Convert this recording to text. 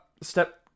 step